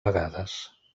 vegades